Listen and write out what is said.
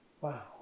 wow